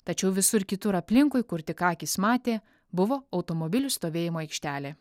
tačiau visur kitur aplinkui kur tik akys matė buvo automobilių stovėjimo aikštelė